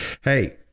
hey